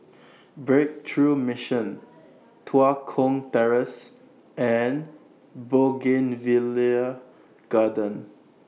Breakthrough Mission Tua Kong Terrace and Bougainvillea Garden